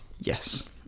Yes